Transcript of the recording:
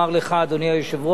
ולמליאת הכנסת: